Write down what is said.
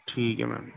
ٹھیک ہے میم